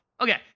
Okay